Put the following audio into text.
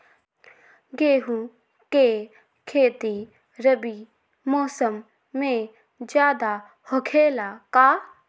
गेंहू के खेती रबी मौसम में ज्यादा होखेला का?